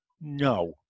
No